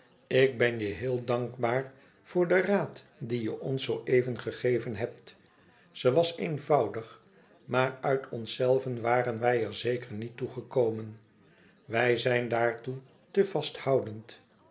ik ben je heel dankbaar voor den raad dien je ons zoo even gegeven hebt ze was eenvoudig maar uit onszelve waren wij er zeker niet toe gekomen wij zijn daartoe te vasthoudend